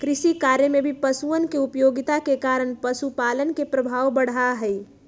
कृषिकार्य में भी पशुअन के उपयोगिता के कारण पशुपालन के प्रभाव बढ़ा हई